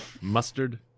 Mustard